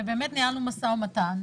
ובאמת ניהלנו משא ומתן,